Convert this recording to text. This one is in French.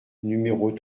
numéros